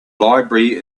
library